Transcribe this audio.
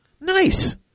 Nice